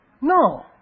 No